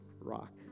Rock